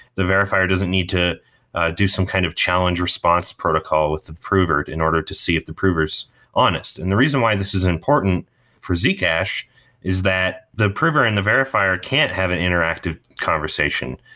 the verifier doesn't need to do some kind of challenge response protocol with the prover in order to see if the prover is honest and the reason why this is important for zcash if that the prover and the verifier can't have an interactive conversation.